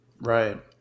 right